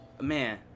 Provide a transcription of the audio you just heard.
Man